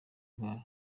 ndwara